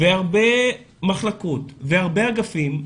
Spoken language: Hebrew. והרבה מחלקות, והרבה אגפים,